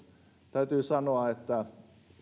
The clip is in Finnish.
täytyy sanoa että